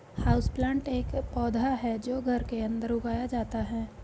houseplant एक पौधा है जो घर के अंदर उगाया जाता है